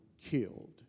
killed